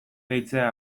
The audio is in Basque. deitzea